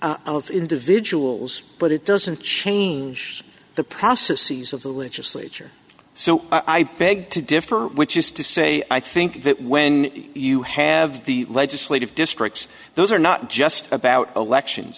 of individuals but it doesn't change the processes of the legislature so i beg to differ which is to say i think that when you have the legislative districts those are not just about elections